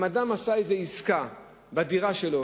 אם אדם עשה איזו עסקה בדירה שלו,